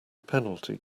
penalty